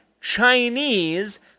Chinese